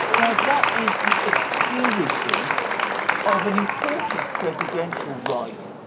now, that is the extinguishing of an important presidential right,